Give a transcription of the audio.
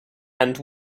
and